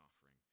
offering